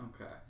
Okay